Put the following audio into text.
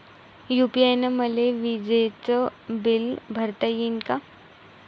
UPI न मले विजेचं बिल भरता यीन का?